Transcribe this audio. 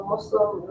Muslim